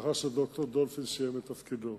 לאחר שד"ר דולפין סיים את תפקידו.